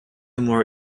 more